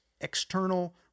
external